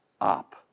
up